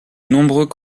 nombreux